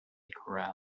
corral